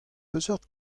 peseurt